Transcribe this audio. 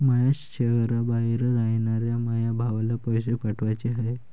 माया शैहराबाहेर रायनाऱ्या माया भावाला पैसे पाठवाचे हाय